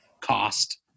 cost